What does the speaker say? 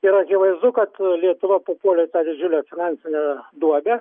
ir akivaizdu kad lietuva papuolė į tą didžiulę finansinę duobę